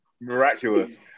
miraculous